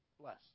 Bless